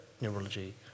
neurology